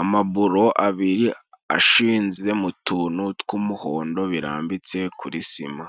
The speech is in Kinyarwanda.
Amaburo abiri ashinze mu tuntu tw'umuhondo birambitse kuri sima.